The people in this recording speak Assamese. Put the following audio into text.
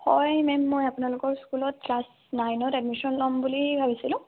হয় মেম মই আপোনালোকৰ স্কুলত ক্লাছ নাইনত এডমিশ্যন ল'ম বুলি ভাবিছিলোঁ